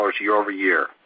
year-over-year